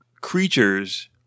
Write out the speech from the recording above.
creatures